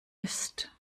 ist